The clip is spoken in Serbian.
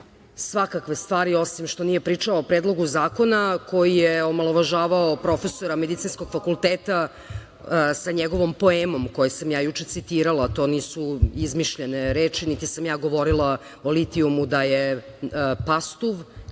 svakakve stvari, osim što nije pričao o predlogu zakona, koji je omalovažavao profesora medicinskog fakulteta, sa njegovom poemom koju sam ja juče citirala, to nisu izmišljene reči, niti sam ja govorila o litijumu da je pastuv,